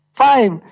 five